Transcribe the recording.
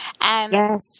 Yes